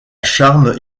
charme